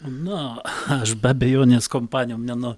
na aš be abejonės kompanijom neno